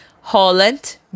Holland